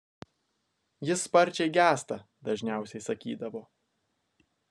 jis sparčiai gęsta dažniausiai sakydavo